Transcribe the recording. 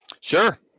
Sure